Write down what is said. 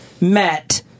met